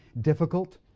difficult